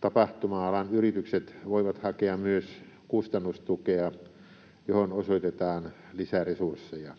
Tapahtuma-alan yritykset voivat hakea myös kustannustukea, johon osoitetaan lisäresursseja.